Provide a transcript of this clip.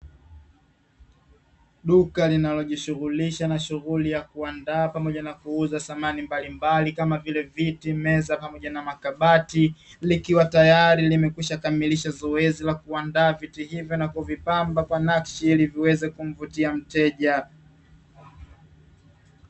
Duka linalojishughulisha na shughuli ya kuandaa pamoja na kuuza samani mbalimbali kama vile viti, meza pamoja na makabati likiwa tayari limekwisha kamilisha zoezi la kuandaa viti hivyo na kuvipamba kwa nakshi ili viweze kumvutia mteja.